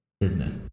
business